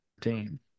team